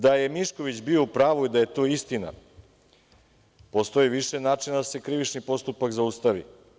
Da je Mišković bio u pravu i da je to istina, postoji više načina da se krivični postupak zaustavi.